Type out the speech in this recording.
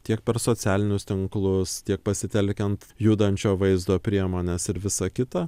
tiek per socialinius tinklus tiek pasitelkiant judančio vaizdo priemones ir visa kita